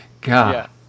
God